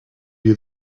you